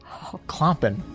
clomping